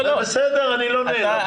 זה בסדר, אני לא נעלב.